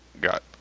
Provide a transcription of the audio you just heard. got